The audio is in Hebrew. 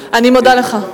אני מודה לך.